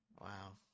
Wow